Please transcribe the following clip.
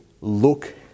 Look